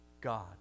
God